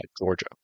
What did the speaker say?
Georgia